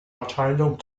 abteilung